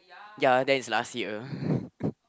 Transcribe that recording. ya that is last year